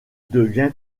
devient